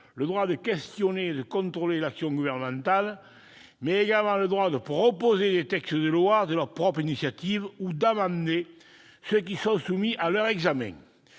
le droit de questionner et de contrôler l'action gouvernementale, mais également le droit de proposer des textes de loi de leur propre initiative ou d'amender ceux qui sont soumis à leur examen.